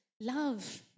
love